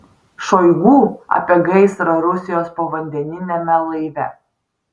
šoigu apie gaisrą rusijos povandeniniame laive